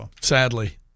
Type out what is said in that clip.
sadly